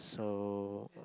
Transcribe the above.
so